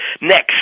Next